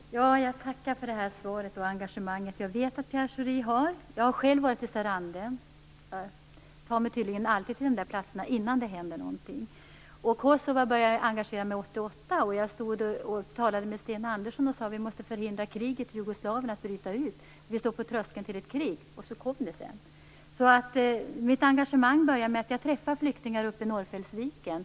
Fru talman! Jag tackar för svaret och det engagemang som jag vet att Pierre Schori har. Jag har själv varit i Sarande. Jag tar mig tydligen alltid till de där platserna innan det händer någonting. Jag började engagera mig i Kosova 1988. Jag talade med Sten Andersson och sade att vi måste förhindra kriget i Jugoslavien att bryta ut, att vi stod på tröskeln till ett krig. Sedan kom det. Mitt engagemang började med att jag träffade flyktingar uppe i Norrfällsviken.